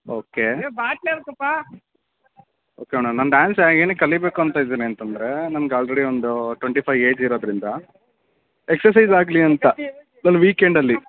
okay okay madam ನಾನು dance ಏನಕ್ಕೆ ಕಲಿಯಬೇಕು ಅಂತ ಇದ್ದೀನಿ ಅಂತಂದರೆ ನಂಗೆ ಆಲ್ರೆಡಿ ಒಂದು ಟ್ವೆಂಟಿ ಫೈವ್ ಏಜ್ ಇರೋದರಿಂದ ಎಕ್ಸಸೈಜ್ ಆಗಲಿ ಅಂತ ಒಂದು ವೀಕೆಂಡಲ್ಲಿ